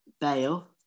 Bale